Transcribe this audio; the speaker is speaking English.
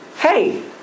Hey